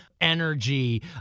energy